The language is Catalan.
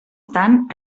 tant